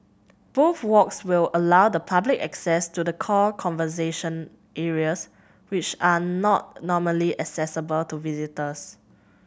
both walks will allow the public access to the core conservation areas which are not normally accessible to visitors